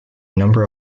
number